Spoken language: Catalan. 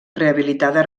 rehabilitada